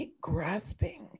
grasping